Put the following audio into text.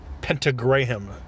pentagram